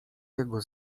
jego